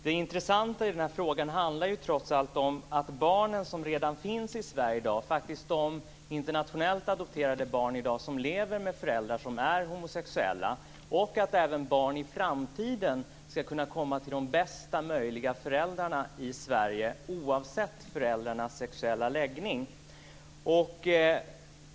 Det intressanta i den här frågan är trots allt de barn som redan finns i Sverige i dag, de internationellt adopterade barn som lever med föräldrar som är homosexuella, och att även barn i framtiden ska kunna komma till de bästa möjliga föräldrarna i Sverige, oavsett föräldrarnas sexuella läggning.